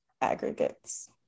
Aggregates